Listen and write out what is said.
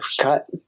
cut